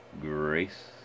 grace